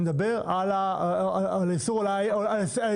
אני מדבר על האיסור על האישור.